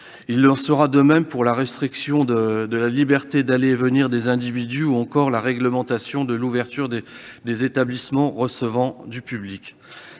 Il en sera de même pour la restriction de la liberté d'aller et venir des individus ou encore la réglementation de l'ouverture des établissements recevant du public.